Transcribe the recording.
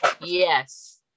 Yes